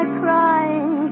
crying